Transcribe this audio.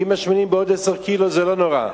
ואם משמינים בעוד 10 קילו זה לא נורא.